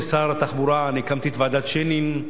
כשר התחבורה הקמתי את ועדת-שיינין,